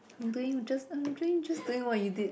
I'm doing just I'm doing just doing what you did